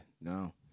No